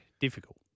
Difficult